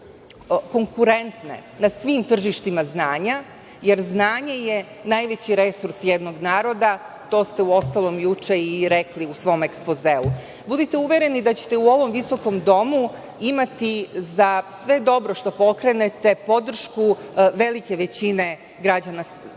da budu konkurentne na svim tržištima znanja, jer znanje je najveći resurs jednog naroda. To ste, uostalom, juče i rekli u svom ekspozeu. Budite uvereni da ćete u ovom visokom domu imati za sve dobro što pokrenete podršku velike većine građana Srbije